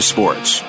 Sports